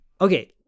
Okay